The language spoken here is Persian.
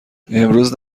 امروز